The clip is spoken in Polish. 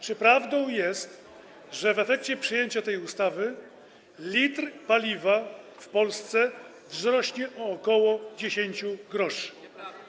Czy prawdą jest, że w efekcie przyjęcia tej ustawy cena litra paliwa w Polsce wzrośnie o ok. 10 gr?